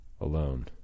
alone